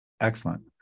excellent